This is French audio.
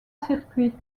circuit